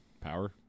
Power